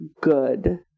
good